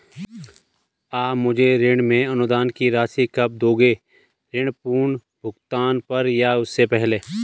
आप मुझे ऋण में अनुदान की राशि कब दोगे ऋण पूर्ण भुगतान पर या उससे पहले?